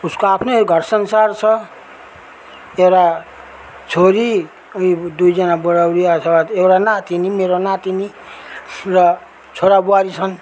उसको आफ्नै घर संसार छ एउटा छोरी अनि दुईजाना बुढा बुढिया छ एउटा नातिनी मेरो नातिनी र छोरा बुहारी छन्